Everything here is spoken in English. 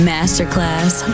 Masterclass